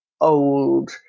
old